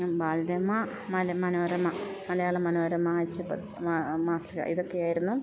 ബാലരമ മനോരമ മലയാള മനോരമ മാസിക ഇതൊക്കെയായിരുന്നു